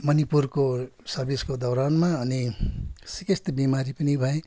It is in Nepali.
मणिपुरको सर्भिसको दौरानमा अनि सिकिस्त बिमारी पनि भएँ